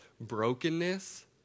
brokenness